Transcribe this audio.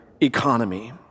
economy